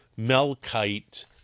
Melkite